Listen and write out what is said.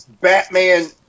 Batman